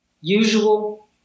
usual